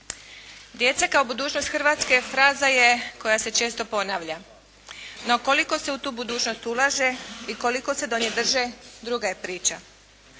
Djeca kao budućnost Hrvatske fraza je koja se često ponavlja. No koliko se u tu budućnost ulaže i koliko se do nje drže, druga je priča.